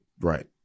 Right